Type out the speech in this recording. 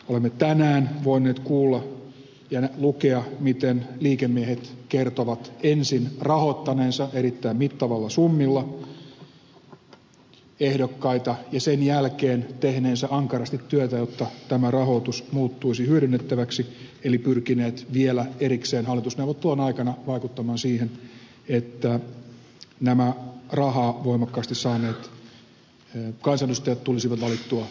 olemme tänään voineet kuulla ja lukea miten liikemiehet kertovat ensin rahoittaneensa erittäin mittavilla summilla ehdokkaita ja sen jälkeen tehneensä ankarasti työtä jotta tämä rahoitus muuttuisi hyödynnettäväksi eli pyrkineet vielä erikseen hallitusneuvottelujen aikana vaikuttamaan siihen että nämä rahaa voimakkaasti saaneet kansanedustajat tulisivat valittua ministereiksi